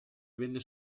venne